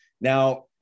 Now